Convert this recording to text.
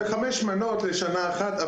זה חמש מנות לשנה אחת.